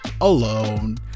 alone